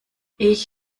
ich